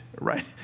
right